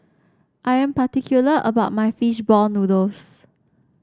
I am particular about my fish ball noodles